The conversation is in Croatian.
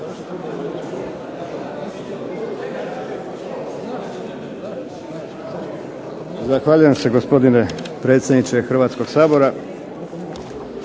Zahvaljujem se, gospodine predsjedniče Hrvatskoga sabora.